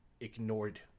ignored